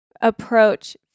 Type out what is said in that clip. approach